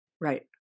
Right